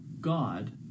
God